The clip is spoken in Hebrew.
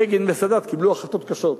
בגין וסאדאת קיבלו החלטות קשות,